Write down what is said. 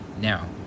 Now